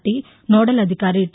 T nodal అధికారి T